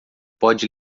pode